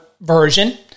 version